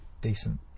decent